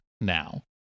now